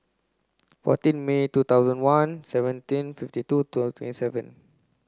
fourteen May two thousand one seventeen fifty two twenty seven